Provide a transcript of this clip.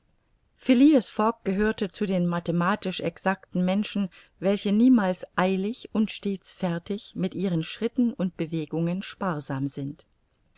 fogg gehörte zu den mathematisch exacten menschen welche niemals eilig und stets fertig mit ihren schritten und bewegungen sparsam sind